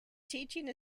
teaching